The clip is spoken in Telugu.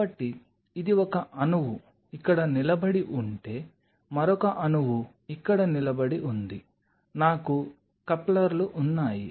కాబట్టి ఇది ఒక అణువు ఇక్కడ నిలబడి ఉంటే మరొక అణువు ఇక్కడ నిలబడి ఉంది నాకు కప్లర్లు ఉన్నాయి